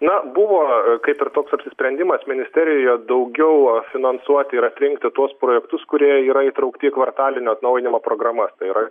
na buvo kaip ir toks apsisprendimas ministerijoje daugiau finansuoti ir atrinkti tuos projektus kurie yra įtraukti į kvartalinio atnaujinimo programas tai yra